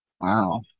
wow